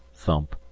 thump!